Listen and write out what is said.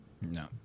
No